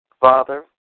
Father